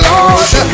Lord